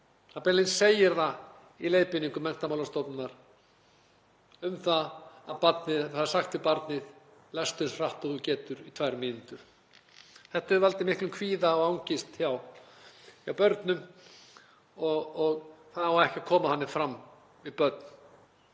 Það beinlínis segir í leiðbeiningum Menntamálastofnunar um það að sagt er við barnið: Lestu eins hratt og þú getur í tvær mínútur. Þetta hefur valdið miklum kvíða og angist hjá börnum og það á ekki að koma þannig fram við börn